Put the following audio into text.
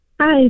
Hi